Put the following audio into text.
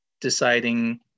deciding